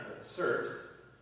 assert